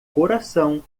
coração